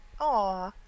Aw